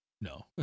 No